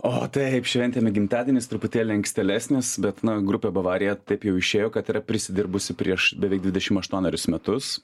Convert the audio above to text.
o taip šventėme gimtadienis truputėlį ankstėlesnis bet na grupė bavarija taip jau išėjo kad yra prisidirbusi prieš beveik dvidešim aštuonerius metus